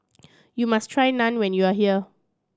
you must try Naan when you are here